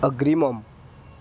अग्रिमम्